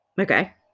Okay